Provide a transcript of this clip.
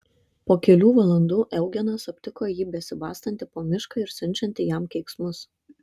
po kelių valandų eugenas aptiko jį besibastantį po mišką ir siunčiantį jam keiksmus